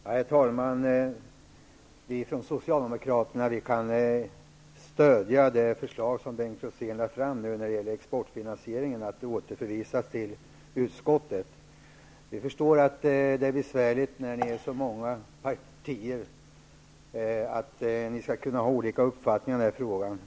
Herr talman! Vi från Socialdemokraterna kan stödja det förslag som Bengt Rosén nu lade fram om exportfinansieringen, att återförvisa ärendet till utskottet. Vi förstår att det är besvärligt när ni är så många partier och kan ha olika uppfattningar i frågan.